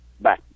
Bye